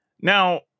Now